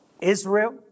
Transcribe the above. Israel